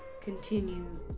continue